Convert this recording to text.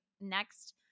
next